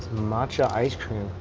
matcha ice cream.